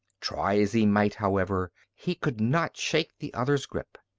try as he might, however, he could not shake the other's grip.